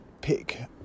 pick